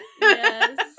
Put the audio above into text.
Yes